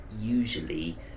usually